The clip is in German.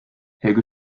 helge